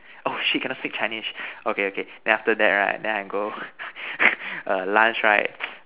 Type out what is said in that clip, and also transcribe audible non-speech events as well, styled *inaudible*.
oh shit cannot speak Chinese okay okay then after that right then I go *noise* err lunch right *noise*